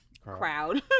crowd